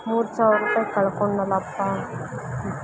ಮೂರು ಸಾವಿರ ರೂಪಾಯ್ ಕಳ್ಕೊಂಡ್ನಲ್ಲಪ್ಪಾ